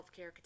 healthcare